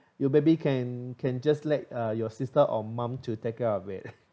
your baby can can just uh let your sister or mum to take care of it